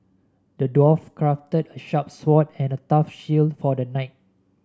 the dwarf crafted a sharp sword and a tough shield for the knight